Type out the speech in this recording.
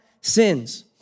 sins